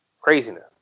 craziness